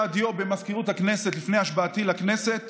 הדיו במזכירות הכנסת לפני השבעתי לכנסת